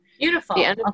Beautiful